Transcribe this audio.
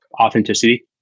authenticity